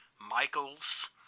Michaels